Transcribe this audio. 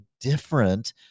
different